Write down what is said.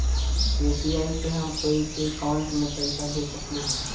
UPI से हम कोई के अकाउंट में पैसा भेज सकली ही?